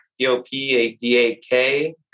P-O-P-A-D-A-K